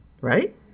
right